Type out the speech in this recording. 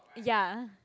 ya